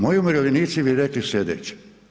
Moji umirovljenici bi rekli sljedeće.